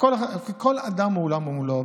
וכל אדם הוא עולם ומלואו,